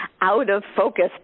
out-of-focus